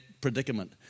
predicament